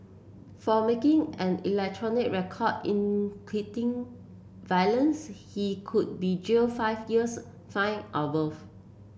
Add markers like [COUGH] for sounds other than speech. for making an electronic record in [UNINTELLIGIBLE] violence he could be jailed five years fined or both